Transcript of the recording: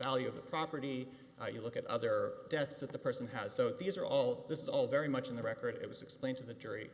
value of the property you look at other debts of the person house so these are all this is all very much in the record it was explained to the jury